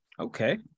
Okay